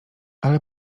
ale